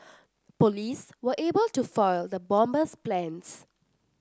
police were able to foil the bomber's plans